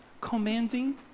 commanding